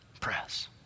Press